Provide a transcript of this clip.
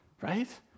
right